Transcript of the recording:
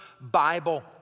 Bible